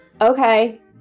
okay